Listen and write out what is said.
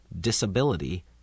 disability